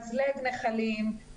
מדלב נחלים,